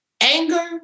anger